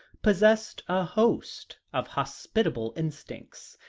possessed a host of hospitable instincts,